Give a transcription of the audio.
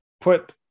put